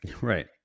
Right